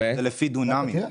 לפי דונמים,